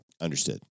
Understood